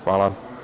Hvala.